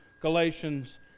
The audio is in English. Galatians